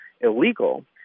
illegal